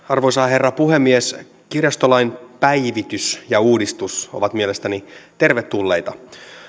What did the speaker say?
arvoisa herra puhemies kirjastolain päivitys ja uudistus ovat mielestäni tervetulleita tärkeitä